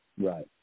Right